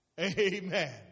Amen